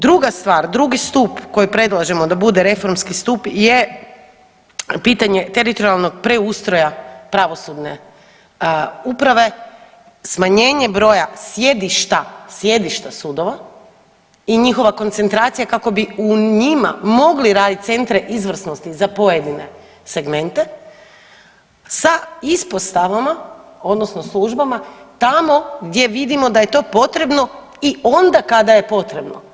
Druga stvar, drugi stup koji predlažemo da bude reformski stup je pitanje teritorijalnog preustroja pravosudne uprave, smanjenje broja sjedišta, sjedišta sudova i njihova koncentracija kako bi u njima mogli raditi centre izvrsnosti za pojedine segmente sa ispostavama odnosno službama tamo gdje vidimo da je to potrebno i onda kada je potrebno.